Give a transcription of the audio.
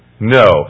No